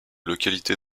localité